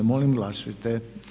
Molim glasujte?